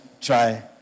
try